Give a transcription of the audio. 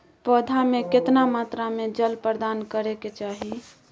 पौधा में केतना मात्रा में जल प्रदान करै के चाही?